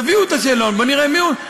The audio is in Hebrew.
תביאו את השאלון ובוא נראה מיהו.